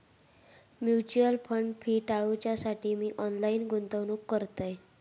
mutual fund fee टाळूच्यासाठी मी online गुंतवणूक करतय